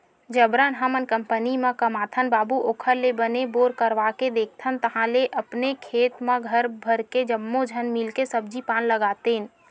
जबरन हमन कंपनी म कमाथन बाबू ओखर ले बने बोर करवाके देखथन ताहले अपने खेत म घर भर के जम्मो झन मिलके सब्जी पान लगातेन